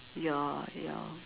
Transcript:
ya ya